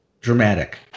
Dramatic